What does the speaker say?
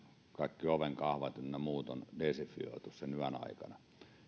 kaikki ovenkahvat ynnä muut on desinfioitu